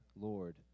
Lord